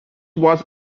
was